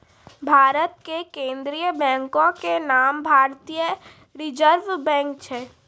भारत के केन्द्रीय बैंको के नाम भारतीय रिजर्व बैंक छै